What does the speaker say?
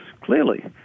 clearly